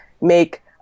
make